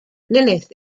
lilith